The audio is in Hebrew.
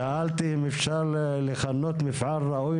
שאלתי אם אפשר לכנות מפעל ראוי,